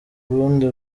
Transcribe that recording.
rundi